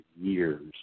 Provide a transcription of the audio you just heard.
years